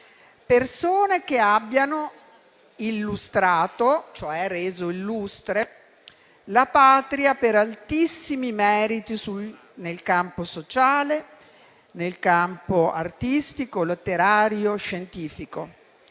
persone che abbiano illustrato (cioè reso illustre) la Patria per altissimi meriti nel campo sociale, artistico, letterario o scientifico.